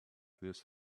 this